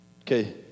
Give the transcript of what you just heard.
okay